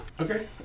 Okay